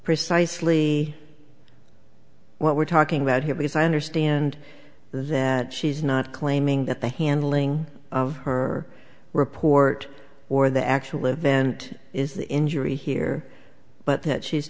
precisely what we're talking about here because i understand that she's not claiming that the handling of her report or the actual event is the injury here but that she's